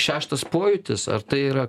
šeštas pojūtis ar tai yra